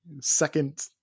second